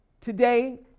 today